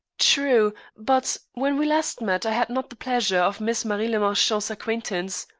true, but when we last met i had not the pleasure of miss marie le marchant's acquaintance.